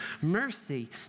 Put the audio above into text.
Mercy